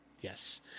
Yes